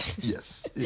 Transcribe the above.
Yes